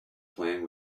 playing